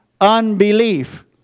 unbelief